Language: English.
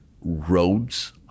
roads